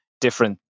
different